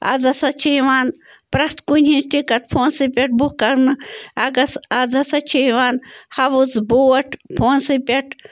آز ہسا چھِ یِوان پرٮ۪تھ کُنِچ ٹِکَٹ فونسٕے پٮ۪ٹھ بُک کرنہٕ آگَس آز ہسا چھِ یِوان ہاوُس بوٹ فونسٕے پٮ۪ٹھ